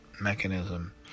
mechanism